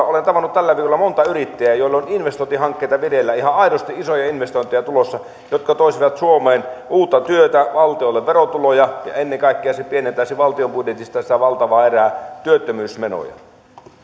olen tavannut tällä viikolla monta yrittäjää joilla on investointihankkeita vireillä ihan aidosti isoja investointeja tulossa jotka toisivat suomeen uutta työtä valtiolle verotuloja ja ennen kaikkea se pienentäisi valtion budjetista sitä valtavaa erää työttömyysmenoja